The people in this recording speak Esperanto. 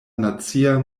nacia